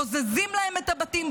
בוזזים להם את הבתים,